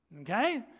Okay